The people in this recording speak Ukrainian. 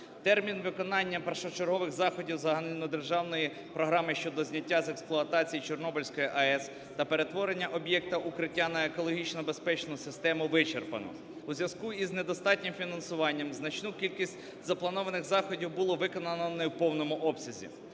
Термін виконання першочергових заходів Загальнодержавної програми щодо зняття з експлуатації Чорнобильської АЕС та перетворення об'єкта "Укриття" на екологічно безпечну систему вичерпано. У зв'язку із недостатнім фінансуванням значну кількість запланованих заходів було виконано не в повному обсязі.